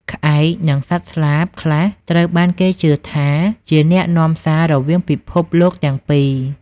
ក្អែក និង សត្វស្លាប ខ្លះត្រូវបានគេជឿថាជាអ្នកនាំសាររវាងពិភពលោកទាំងពីរ។